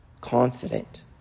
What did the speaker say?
confident